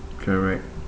correct